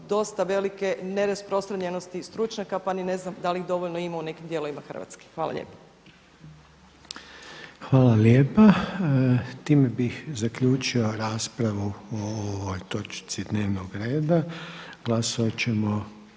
dosta velike nerasprostranjenosti i stručnjaka pa ni ne znam da li ih dovoljno ima u nekim dijelovima Hrvatske. Hvala lijepa. **Reiner, Željko (HDZ)** Hvala lijepa. Time bih zaključio raspravu o ovoj točci dnevnog reda. Glasovati ćemo